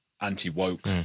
anti-woke